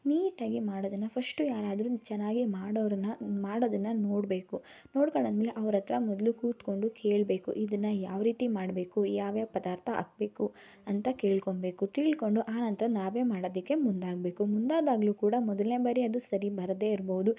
ನೀಟಾಗಿಯೇ ಮಾಡೋದನ್ನು ಫಶ್ಟು ಯಾರಾದ್ರೂ ಚೆನ್ನಾಗೇ ಮಾಡೋವ್ರನ್ನು ಮಾಡೋದನ್ನು ನೋಡಬೇಕು ನೋಡ್ಕೊಂಡು ಆದ್ಮೇಲೆ ಅವ್ರ ಹತ್ರ ಮೊದಲು ಕೂತ್ಕೊಂಡು ಕೇಳಬೇಕು ಇದನ್ನು ಯಾವ ರೀತಿ ಮಾಡಬೇಕು ಯಾವ್ಯಾವ ಪದಾರ್ಥ ಹಾಕಬೇಕು ಅಂತ ಕೇಳ್ಕೊಳ್ಬೇಕು ತಿಳ್ಕೊಂಡು ಆನಂತರ ನಾವೇ ಮಾಡೋದಕ್ಕೆ ಮುಂದಾಗಬೇಕು ಮುಂದಾದಾಗ್ಲೂ ಕೂಡ ಮೊದಲನೇ ಬಾರಿ ಅದು ಸರಿ ಬರದೇ ಇರ್ಬೋದು